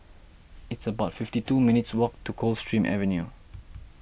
it's about fifty two minutes' walk to Coldstream Avenue